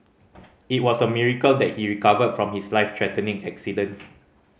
it was a miracle that he recovered from his life threatening accident